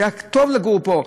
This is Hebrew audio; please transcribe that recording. שהיה טוב לגור פה.